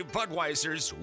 Budweiser's